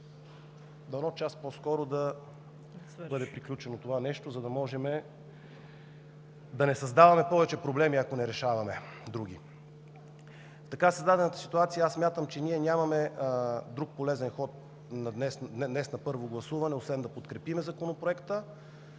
Дано час по-скоро да бъде приключено това нещо, за да не създаваме повече проблеми, ако не решаваме други. В така създадената ситуация смятам, че ние нямаме друг полезен ход днес на първо гласуване, освен да подкрепим Законопроекта,